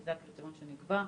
וזה הקריטריון שנקבע.